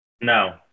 No